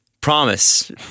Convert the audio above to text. promise